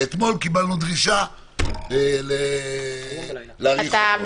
ואתמול קיבלנו דרישה להאריך אותו.